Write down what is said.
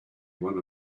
one